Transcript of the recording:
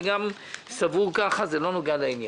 אני גם סבור ככה, זה לא נוגע לעניין,